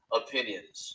opinions